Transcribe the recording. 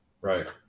Right